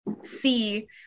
see